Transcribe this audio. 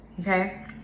okay